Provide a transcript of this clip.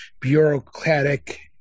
bureaucratic